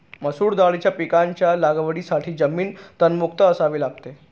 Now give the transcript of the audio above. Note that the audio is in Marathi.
मसूर दाळीच्या पिकाच्या लागवडीसाठी जमीन तणमुक्त असावी लागते